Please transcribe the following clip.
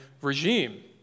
regime